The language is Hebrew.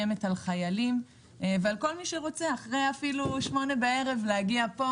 חיילים או כל מי שרוצה אחרי שמונה בערב להגיע למשל מפה,